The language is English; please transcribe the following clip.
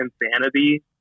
insanity